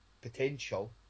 potential